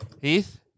Heath